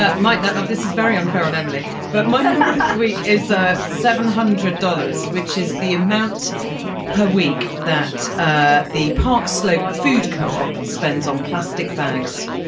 meitner. this is very unfair on emily but my um um ah week is ah seven hundred dollars, which is the amount per week that ah the park slope food co-op spends on plastic bags.